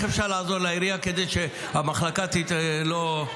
אפשר לעזור לעירייה כדי שהמחלקה לא תיפגע.